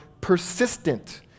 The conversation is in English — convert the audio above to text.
persistent